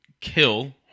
kill